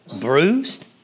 bruised